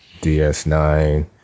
DS9